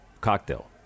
cocktail